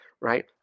right